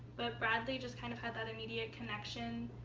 but bradley just kind of had that immediate connection.